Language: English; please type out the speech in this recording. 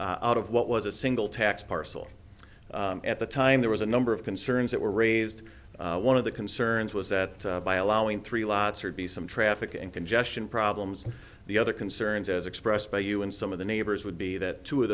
proved out of what was a single tax parcel at the time there was a number of concerns that were raised one of the concerns was that by allowing three lots or be some traffic and congestion problems the other concerns as expressed by you and some of the neighbors would be that two of